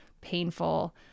Painful